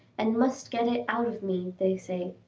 and must get it out of me, they say.